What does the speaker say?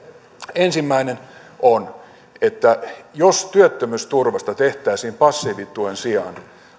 ensimmäinen on että työttömyysturvasta tehtäisiin passiivituen sijaan